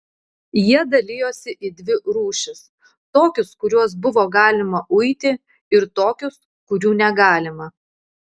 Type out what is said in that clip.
jie dalijosi į dvi rūšis tokius kuriuos buvo galima uiti ir tokius kurių negalima